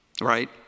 right